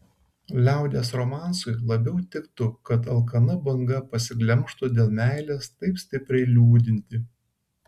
liaudies romansui labiau tiktų kad alkana banga pasiglemžtų dėl meilės taip stipriai liūdintį